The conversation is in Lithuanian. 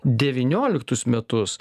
devynioliktus metus